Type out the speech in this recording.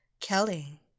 Kelly